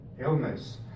illness